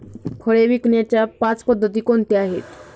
फळे विकण्याच्या पाच पद्धती कोणत्या आहेत?